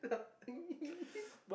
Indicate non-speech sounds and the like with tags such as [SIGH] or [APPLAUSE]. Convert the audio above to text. laughing [LAUGHS]